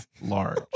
large